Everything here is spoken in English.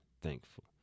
thankful